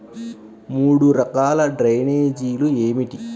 మూడు రకాల డ్రైనేజీలు ఏమిటి?